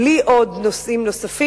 בלי נושאים נוספים.